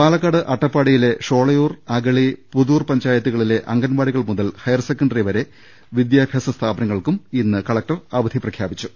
പാലക്കാട് അട്ടപ്പാടിയിലെ ഷോളയൂർ അഗളി പുതൂർ പഞ്ചായത്തു കളിലെ അങ്കണവാടികൾമുതൽ ഹയർസെക്കൻഡറിവരെ വിദ്യാഭ്യാസ സ്ഥാപനങ്ങൾക്ക് ഇന്ന് കളക്ടർ അവധി പ്രഖ്യാപിച്ചു